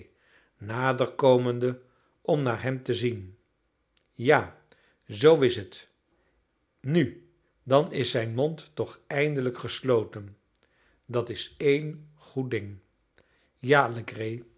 nader komende om naar hem te zien ja zoo is het nu dan is zijn mond toch eindelijk gesloten dat is één goed ding